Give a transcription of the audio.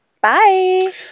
Bye